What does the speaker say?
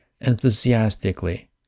enthusiastically